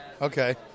Okay